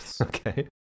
okay